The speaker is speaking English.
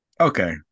Okay